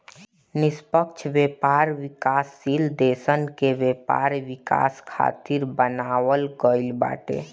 निष्पक्ष व्यापार विकासशील देसन के व्यापार विकास खातिर बनावल गईल बाटे